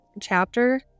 chapter